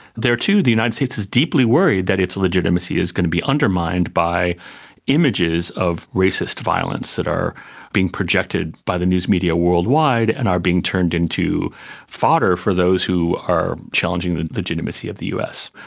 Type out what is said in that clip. there too the united states is deeply worried that its legitimacy is going to be undermined by images of racist violence that are being projected by the news media worldwide and are being turned into fodder for those who are challenging the legitimacy of the us.